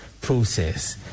process